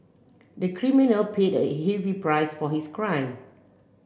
the criminal paid a heavy price for his crime